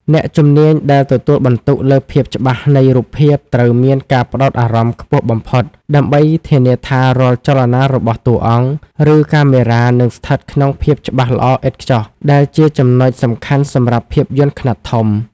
អ្នកជំនាញដែលទទួលបន្ទុកលើភាពច្បាស់នៃរូបភាពត្រូវមានការផ្ដោតអារម្មណ៍ខ្ពស់បំផុត ដើម្បីធានាថារាល់ចលនារបស់តួអង្គ ឬកាមេរ៉ានឹងស្ថិតក្នុងភាពច្បាស់ល្អឥតខ្ចោះ ដែលជាចំណុចសំខាន់សម្រាប់ភាពយន្តខ្នាតធំ។